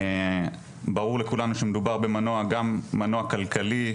ברור לכולנו שמדובר במנוע גם מנוע כלכלי,